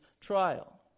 trial